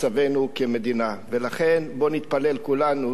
ולכן, בוא נתפלל כולנו שהמהלך הזה יצליח.